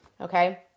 okay